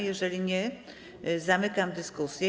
Jeżeli nie, zamykam dyskusję.